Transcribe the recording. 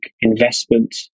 investment